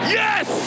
yes